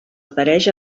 apareix